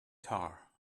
tar